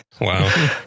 Wow